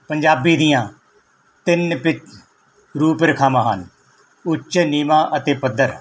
ਪੰਜਾਬੀ ਦੀਆਂ ਤਿੰਨ ਪਿ ਰੂਪ ਰੇਖਾਵਾਂ ਹਨ ਉੱਚ ਨੀਵਾਂ ਅਤੇ ਪੱਧਰ